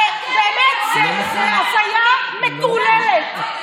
באמת, זה הזיה מטורללת.